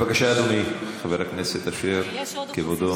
בבקשה, אדוני חבר הכנסת אשר, כבודו.